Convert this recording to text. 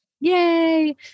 yay